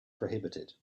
prohibited